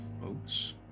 folks